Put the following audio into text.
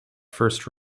first